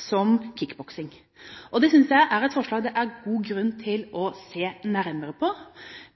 som kickboksing. Det synes jeg er et forslag det er god grunn til å se nærmere på.